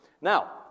Now